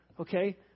okay